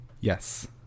Yes